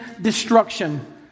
destruction